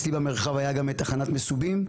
אצלי במרחב הייתה גם תחנת מסובים,